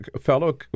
fellow